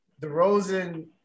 DeRozan